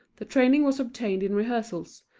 the training was obtained in rehearsals,